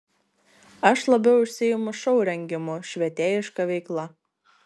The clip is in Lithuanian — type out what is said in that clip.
aš labiau užsiimu šou rengimu švietėjiška veikla